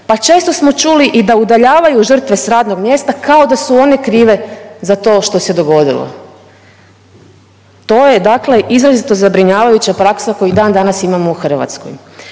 Pa često smo čuli i da udaljavaju žrtve sa radnog mjesta kao da su one krive za to što se dogodilo. To je dakle izrazito zabrinjavajuća praksa koju dan danas imamo u Hrvatskoj.